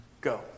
go